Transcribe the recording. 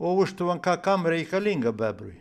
o užtvanka kam reikalinga bebrui